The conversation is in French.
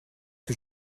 que